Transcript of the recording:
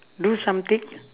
do something